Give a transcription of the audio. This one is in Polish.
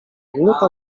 minuta